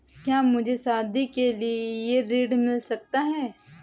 क्या मुझे शादी करने के लिए ऋण मिल सकता है?